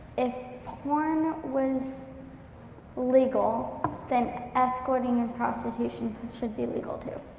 if porn was legal, then escorting and prostitution should be legal too.